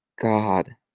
God